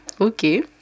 okay